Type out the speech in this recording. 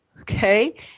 okay